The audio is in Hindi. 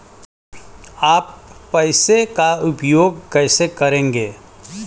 आप पैसे का उपयोग कैसे करेंगे?